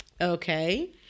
okay